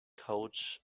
coach